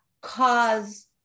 cause